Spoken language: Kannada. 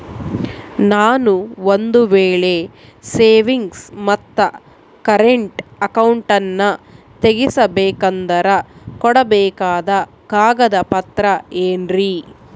ನಾನು ಒಂದು ವೇಳೆ ಸೇವಿಂಗ್ಸ್ ಮತ್ತ ಕರೆಂಟ್ ಅಕೌಂಟನ್ನ ತೆಗಿಸಬೇಕಂದರ ಕೊಡಬೇಕಾದ ಕಾಗದ ಪತ್ರ ಏನ್ರಿ?